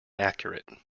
accurate